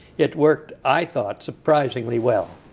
it worked, i thought, surprisingly well.